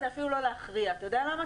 זה אפילו לא להכריע, אתה יודע למה?